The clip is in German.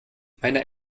meine